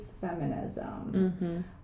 feminism